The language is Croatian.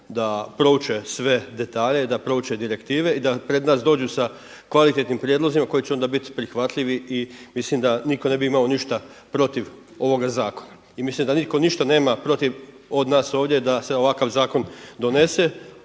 da prouče sve detalje i da prouče direktive i da pred nas dođu sa kvalitetnim prijedlozima koji će onda biti prihvatljivi. I mislim da nitko ne bi imao ništa protiv ovoga zakona i mislim da nitko ništa nema protiv od nas ovdje da se ovakav zakon donese.